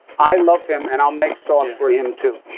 i love him. and i'll make sauce for him, too.